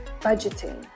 budgeting